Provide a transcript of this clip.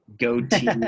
goatee